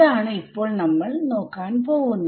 ഇതാണ് നമ്മൾ ഇപ്പോൾ നോക്കാൻ പോവുന്നത്